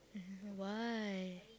why